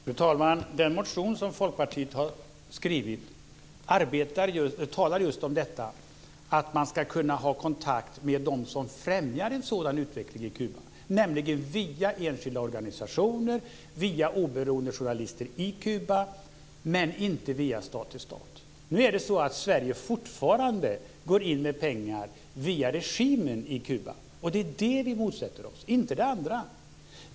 Fru talman! Den motion som Folkpartiet har skrivit talar för just detta, att man ska kunna ha kontakt med dem som främjar en sådan utveckling i Kuba, nämligen via enskilda organisationer, via oberoende journalister i Kuba, men inte via stat till stat. Sverige går fortfarande in med pengar via regimen i Kuba. Det är detta som vi motsätter oss, inte det andra.